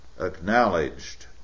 acknowledged